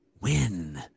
Win